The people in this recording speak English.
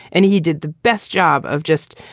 and he did the best job of just,